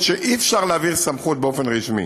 שאי-אפשר להעביר סמכות באופן רשמי.